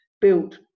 built